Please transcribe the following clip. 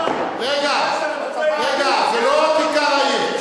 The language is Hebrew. רגע, רגע, רגע, זה לא כיכר העיר.